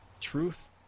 Truth